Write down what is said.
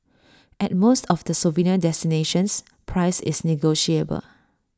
at most of the souvenir destinations price is negotiable